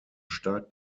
stark